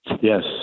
Yes